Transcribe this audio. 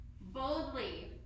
boldly